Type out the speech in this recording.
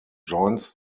joins